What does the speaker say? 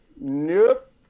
nope